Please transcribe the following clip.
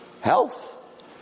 Health